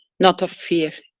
not of fear.